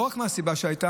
לא רק מה הסיבה שהייתה,